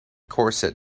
corset